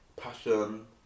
passion